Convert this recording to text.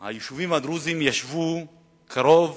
היישובים הדרוזיים ישבו על קרוב